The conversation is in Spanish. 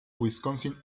wisconsin